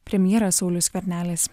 premjeras saulius skvernelis